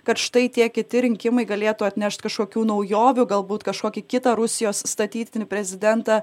kad štai tie kiti rinkimai galėtų atnešt kažkokių naujovių galbūt kažkokį kitą rusijos statytinį prezidentą